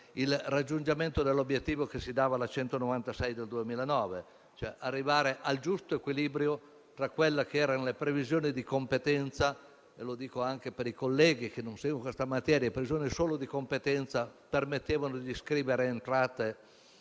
il raggiungimento dell'obiettivo che si dava la legge n. 196 del 2009, arrivare cioè al giusto equilibrio tra quelle che erano le previsioni di competenza. Dico, anche per i colleghi che non si occupano della materia, che le previsioni di competenza permettevano di scrivere entrate